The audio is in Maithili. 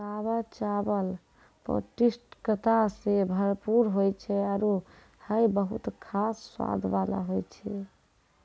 सावा चावल पौष्टिकता सें भरपूर होय छै आरु हय बहुत खास स्वाद वाला होय छै